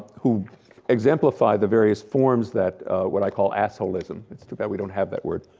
who exemplify the various forms that what i call assholism, it's too bad we don't have that word.